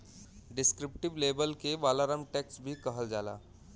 descriptive label के वालाराम tax भी कहल जाला